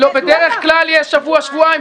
בדרך כלל יש שבוע-שבועיים.